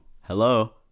Hello